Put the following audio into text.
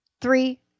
three